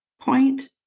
point